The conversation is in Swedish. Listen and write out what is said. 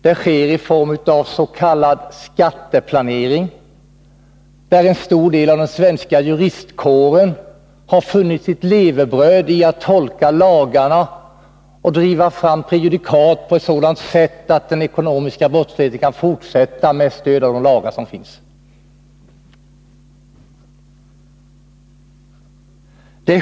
Det sker i form av s.k. skatteplanering, där en stor del av den svenska juristkåren har funnit sitt levebröd i att tolka lagarna och driva fram prejudikat på ett sådant sätt att den ekonomiska brottsligheten kan fortsätta med stöd av de lagar som finns.